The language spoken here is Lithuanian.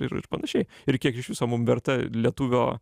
ir ir panašiai ir kiek iš viso mum verta lietuvio